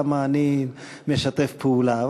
למה אני משתף פעולה.